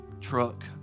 truck